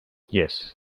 yes